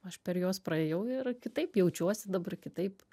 aš per juos praėjau ir kitaip jaučiuosi dabar kitaip